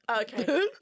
Okay